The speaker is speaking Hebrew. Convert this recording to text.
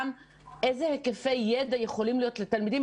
איזה היקפי ידע יכולים להיות לתלמידים,